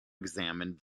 examined